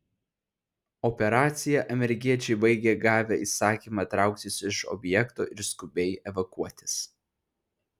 operaciją amerikiečiai baigė gavę įsakymą trauktis iš objekto ir skubiai evakuotis